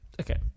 Okay